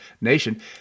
nation